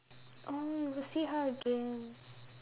oh you will see her again